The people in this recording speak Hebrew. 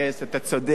אתה צודק,